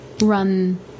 run